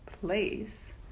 place